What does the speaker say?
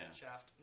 shaft